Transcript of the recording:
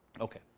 Okay